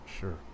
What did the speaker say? sure